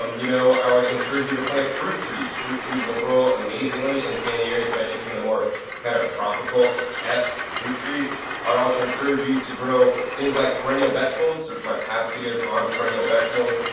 um you know, i would encourage you to plant fruit trees. fruit trees will grow amazingly in san diego, specially some of the more kind of tropicalesk fruit trees. i would also encourage you to grow things like perennial vegetables. search my past videos on perennial vegetables.